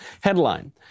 Headline